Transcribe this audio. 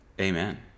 Amen